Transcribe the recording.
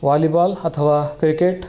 volleyball अथवा cricket